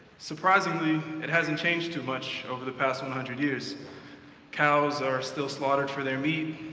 surprisingly, it hasn't changed too much over the past one hundred years cows are still slaughtered for their meat,